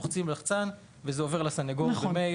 לוחצים לחצן וזה עובר לסנגור במייל.